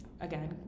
again